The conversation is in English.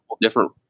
different